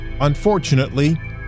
Unfortunately